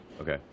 Okay